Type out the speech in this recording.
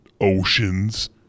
oceans